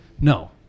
No